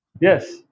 yes